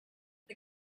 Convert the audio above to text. the